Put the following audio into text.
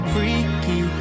Freaky